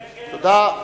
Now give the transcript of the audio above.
תודה.